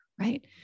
right